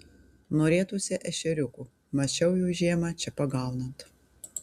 norėtųsi ešeriukų mačiau jų žiemą čia pagaunant